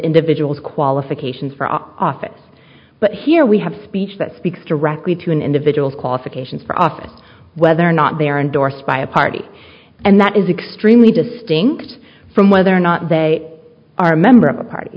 individual's qualifications for our office but here we have speech that speaks directly to an individual's cost occasions for office whether or not they're endorsed by a party and that is extremely distinct from whether or not they are a member of a party